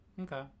okay